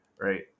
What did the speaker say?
Right